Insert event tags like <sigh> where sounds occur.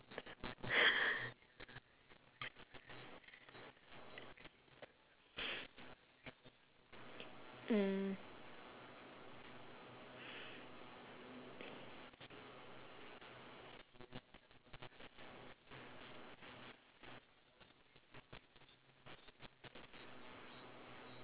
<laughs> mm